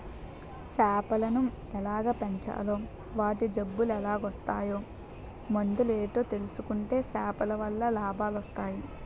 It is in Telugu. సేపలను ఎలాగ పెంచాలో వాటి జబ్బులెలాగోస్తాయో మందులేటో తెలుసుకుంటే సేపలవల్ల లాభాలొస్టయి